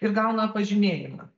ir gauna pažymėjimą